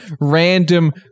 random